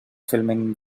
filming